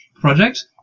project